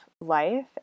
life